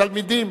תלמידים,